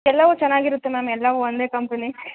ಎಲ್ಲವು ಚೆನ್ನಾಗಿರುತ್ತೆ ಮ್ಯಾಮ್ ಎಲ್ಲವು ಒಂದೇ ಕಂಪ್ನಿ